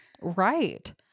Right